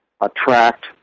attract